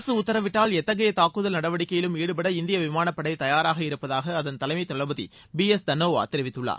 அரசு உத்தரவிட்டால் எத்தகைய தாக்குதல் நடவடிக்கையிலும் ஈடுபட இந்திய விமானப்படை தயாராக இருப்பதாக அதன் தலைமைத் தளபதி பி எஸ் தனோவா தெரிவித்துள்ளார்